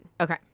Okay